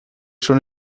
schon